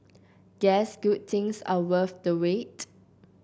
guess good things are worth the wait